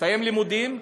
מסיים לימודים,